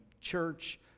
church